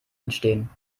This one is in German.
entstehen